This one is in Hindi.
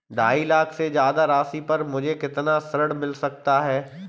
ढाई लाख से ज्यादा राशि पर मुझे कितना ऋण मिल सकता है?